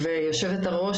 יושבת הראש,